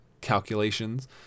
calculations